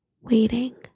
waiting